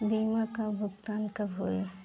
बीमा का भुगतान कब होइ?